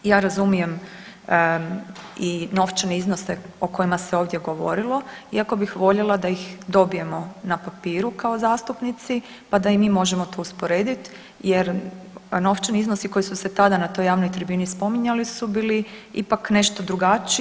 Ja razumijem i novčane iznose o kojima se ovdje govorilo iako bih voljela da ih dobijemo na papiru kao zastupnici pa da i mi možemo to usporediti jer novčani iznosi koji su se tada na toj javnoj tribini spominjali su bili ipak nešto drugačiji.